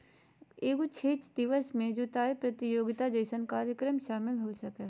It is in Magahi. एगो क्षेत्र दिवस में जुताय प्रतियोगिता जैसन कार्यक्रम शामिल हो सकय हइ